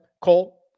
Cole